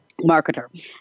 marketer